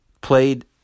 Played